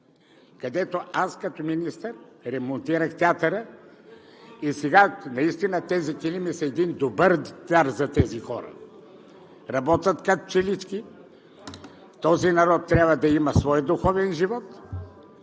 където аз като министър ремонтирах театъра и сега наистина тези килими са един добър дар за тези хора – работят като пчелички, този народ трябва да има свой духовен живот